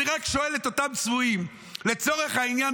אני רק שואל את אותם צבועים: לצורך העניין,